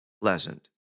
pleasant